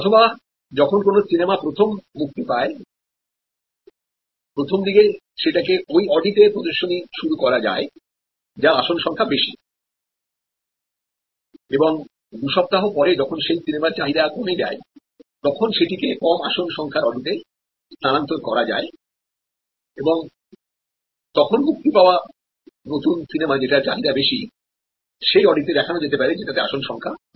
অথবা যখন কোন সিনেমা প্রথম মুক্তি পায় প্রথমদিকে সেটাকে ওই অডিতে প্রদর্শনী শুরু করা যায় যার আসন সংখ্যা বেশি এবং দুই সপ্তাহ পরে যখন সেই সিনেমার চাহিদা কমে যায় তখন সেটিকে কম আসন সংখ্যার অডিতে স্থানান্তর করা যায় এবং নতুন মুক্তি পাওয়া সিনেমা যেটার চাহিদা বেশি সেই অডিতে দেখানো যেতে পারে যেটাতে আসন সংখ্যা বেশি